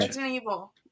Evil